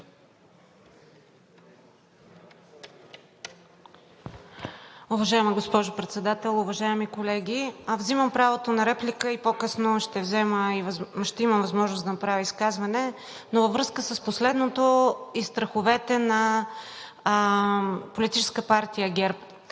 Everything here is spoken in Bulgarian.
Уважаема госпожо Председател, уважаеми колеги! Вземам правото на реплика и по късно ще имам възможност да направя изказване, но във връзка с последното и страховете на Политическа партия ГЕРБ.